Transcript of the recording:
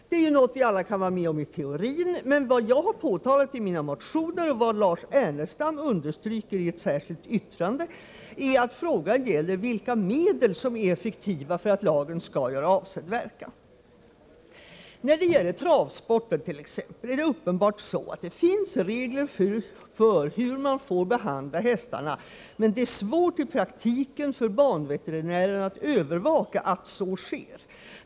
Detta kan vi ju alla vara med om i teorin, men vad jag har framhållit i mina motioner och vad Lars Ernestam understryker i ett särskilt yttrande är att frågan gäller vilka medel som är effektiva för att lagen skall göra avsedd verkan. När det gäller travsporten är det uppenbart så, att det finns regler för hur man får behandla hästarna, men det är svårt i praktiken för banveterinärerna att övervaka att reglerna följs.